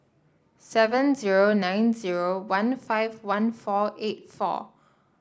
seven zero nine zero one five one four eight four